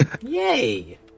Yay